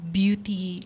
beauty